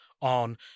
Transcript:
on